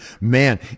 man